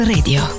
Radio